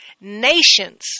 Nations